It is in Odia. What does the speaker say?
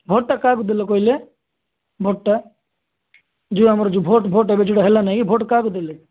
ଭୋଟ୍ଟା କାହାକୁ ଦେଲେ କହିଲେ ଭୋଟ୍ଟା ଯିଏ ଆମର ଭୋଟ୍ ଭୋଟ୍ ଏବେ ଯୋଉଟା ହେଲା ନାଇ କି ଭୋଟ୍ କାହାକୁ ଦେଲେ